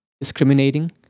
discriminating